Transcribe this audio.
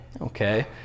Okay